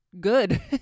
good